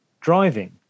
driving